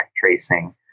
tracing